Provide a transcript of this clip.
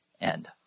end